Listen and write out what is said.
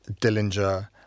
Dillinger